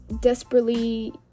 desperately